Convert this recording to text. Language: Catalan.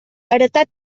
heretat